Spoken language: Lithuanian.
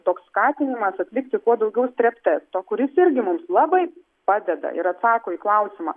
toks skatinimas atlikti kuo daugiau streptesto kuris irgi mums labai padeda ir atsako į klausimą